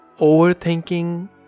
overthinking